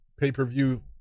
pay-per-view